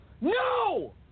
no